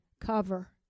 cover